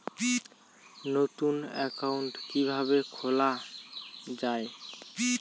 নতুন একাউন্ট কিভাবে খোলা য়ায়?